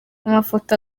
amafoto